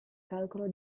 calcolo